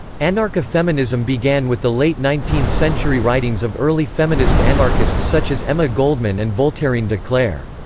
anarcha-feminism began with the late nineteenth century writings of early feminist anarchists such as emma goldman and voltairine de cleyre.